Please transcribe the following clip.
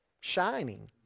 shining